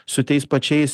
su tais pačiais